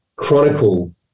chronicle